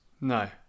No